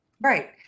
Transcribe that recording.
Right